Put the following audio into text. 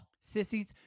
Sissies